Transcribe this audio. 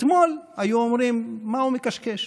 אתמול היו אומרים: מה הוא מקשקש?